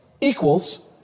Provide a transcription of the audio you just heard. equals